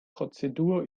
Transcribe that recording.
prozedur